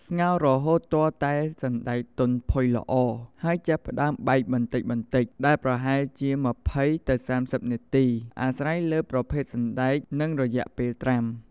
ស្ងោររហូតទាល់តែសណ្ដែកទន់ផុយល្អ ហើយចាប់ផ្ដើមបែកបន្តិចៗ ដែលប្រហែលជា ២០-៣០ នាទី អាស្រ័យលើប្រភេទសណ្ដែក និងរយៈពេលត្រាំ។